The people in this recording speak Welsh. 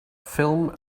ffilm